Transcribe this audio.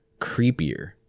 creepier